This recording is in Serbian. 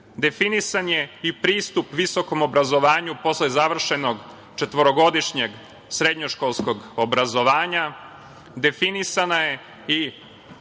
Definisan je i pristup visokom obrazovanju posle završenog četvorogodišnjeg srednjoškolskog obrazovanja, definisano je i